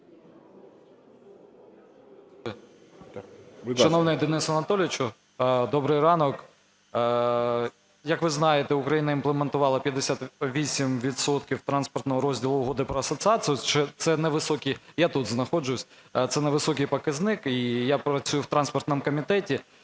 Шановний Денисе Анатолійовичу, добрий ранок. Як ви знаєте, Україна імплементувала 58 відсотків транспортного розділу Угоди про асоціацію, це невисокий… Я тут знаходжусь. Це невисокий показник. Я працюю в транспортному комітеті